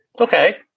Okay